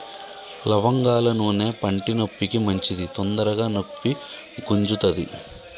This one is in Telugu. లవంగాల నూనె పంటి నొప్పికి మంచిది తొందరగ నొప్పి గుంజుతది